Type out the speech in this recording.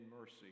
mercy